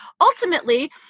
ultimately